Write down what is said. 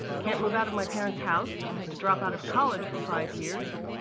can't move out of my parents' house, i had to drop out of college for five years,